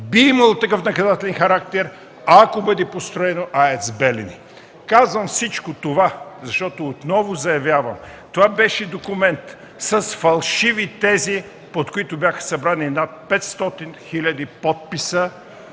Би имало такъв наказателен характер, ако бъде построено АЕЦ „Белене”. Казвам всичко това, защото отново заявявам, че това беше документ с фалшиви тези, под които бяха събрани над 500 хиляди подписа